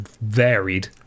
varied